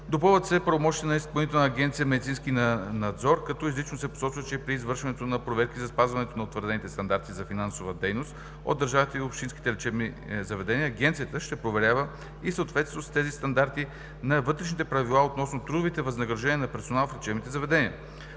Допълват се правомощията на Изпълнителна агенция „Медицински надзор“, като изрично се посочва, че при извършването на проверки за спазването на утвърдените стандарти за финансова дейност от държавните и общинските лечебни заведения Агенцията ще проверява и съответствието с тези стандарти на вътрешните правила относно трудовите възнаграждения на персонала в лечебните заведения.